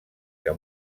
que